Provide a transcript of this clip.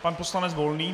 Pan poslanec Volný.